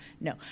no